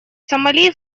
сомали